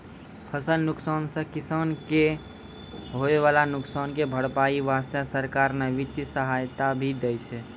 फसल नुकसान सॅ किसान कॅ होय वाला नुकसान के भरपाई वास्तॅ सरकार न वित्तीय सहायता भी दै छै